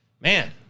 man